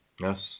Yes